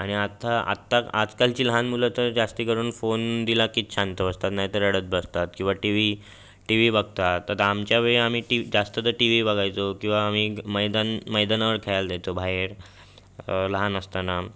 आणि आता आत्ता आजकालची लहान मुलं तर जास्तीकरून फोन दिला की शांत बसतात नाहीतर रडत बसतात किंवा टी वी टी वी बघतात तर आता आमच्या वेळी आम्ही जास्त तर टी वी बघायचो किंवा आम्ही मैदान मैदानावर खेळायला जायचो बाहेर लहान असताना